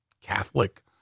Catholic